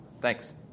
Thanks